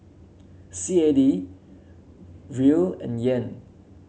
C A D Riel and Yen